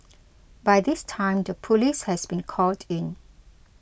by this time the police has been called in